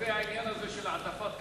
לגבי העניין הזה של העדפת כחול-לבן.